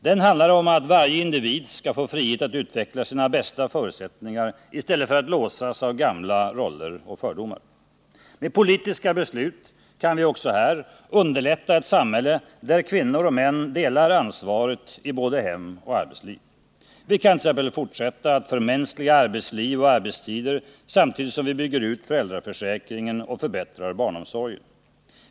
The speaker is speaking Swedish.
Den handlar om att varje individ skall få frihet att utveckla sina bästa förutsättningar -— i stället för att låsas av gamla roller och fördomar. Med politiska beslut kan vi också här underlätta ett samhälle där kvinnor och män delar ansvaret i både hem och arbetsliv. Vi kan t.ex. fortsätta att förmänskliga arbetsliv och arbetstider samtidigt som vi bygger ut föräldraförsäkringen och förbättrar barnomsorgen.